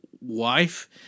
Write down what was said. wife